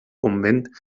convent